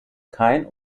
kein